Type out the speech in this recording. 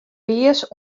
pears